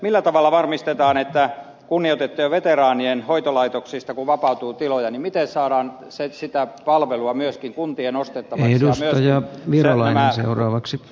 millä tavalla varmistetaan että kun kunnioitettujen veteraanien hoitolaitoksista vapautuu tiloja saadaan sitä palvelua myöskin kuntien ostettavaksi ja myöskin nämä palvelut säilymään